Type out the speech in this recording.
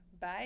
Bye